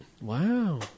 Wow